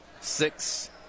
six